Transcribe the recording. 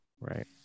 Right